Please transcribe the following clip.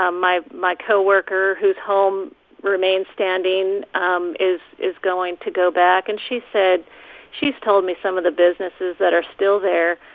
um my my co-worker, whose home remains standing, um is is going to go back. and she said she's told me some of the businesses that are still there.